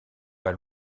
pas